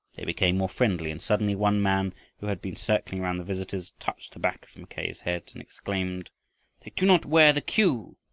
they became more friendly and suddenly one man who had been circling round the visitors touched the back of mackay's head and exclaimed, they do not wear the cue!